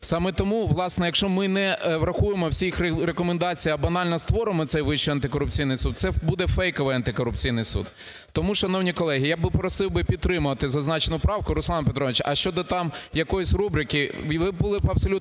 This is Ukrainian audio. Саме тому, власне, якщо ми не врахуємо всіх рекомендацій, а банально створимо цей Вищий антикорупційний суд, це буде фейковий антикорупційний суд. Тому, шановні колеги, я би просив підтримати зазначену правку. Руслан Петрович, а щодо там якоїсь рубрики, і ви були б абсолютно